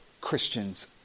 Christians